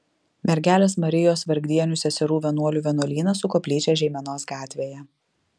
mergelės marijos vargdienių seserų vienuolių vienuolynas su koplyčia žeimenos gatvėje